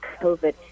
COVID